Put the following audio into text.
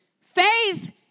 faith